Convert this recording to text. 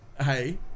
Hey